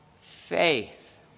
faith